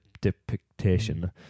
depiction